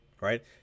Right